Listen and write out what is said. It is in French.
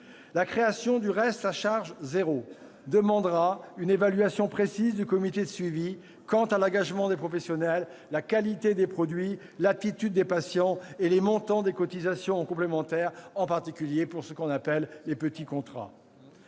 La création du reste à charge zéro demandera une évaluation précise du comité de suivi quant à l'engagement des professionnels, la qualité des produits, l'attitude des patients et les montants des cotisations aux complémentaires, en particulier pour ce qu'on appelle les « petits contrats